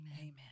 Amen